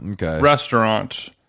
restaurant